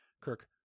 Kirk